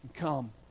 come